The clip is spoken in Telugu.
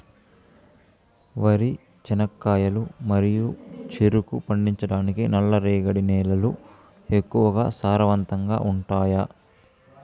వరి, చెనక్కాయలు మరియు చెరుకు పండించటానికి నల్లరేగడి నేలలు ఎక్కువగా సారవంతంగా ఉంటాయా?